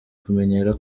kumenyera